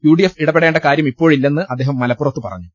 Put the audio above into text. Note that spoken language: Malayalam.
യുഡിഎഫ് ഇടപെടേണ്ട കാര്യം ഇപ്പോഴി ല്ലെന്ന് അദ്ദേഹം മലപ്പുറത്ത് പറഞ്ഞു